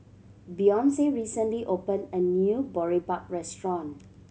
Beyonce recently opened a new Boribap restaurant